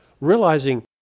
realizing